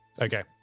okay